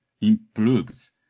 improves